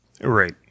Right